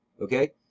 okay